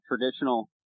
traditional